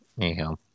anyhow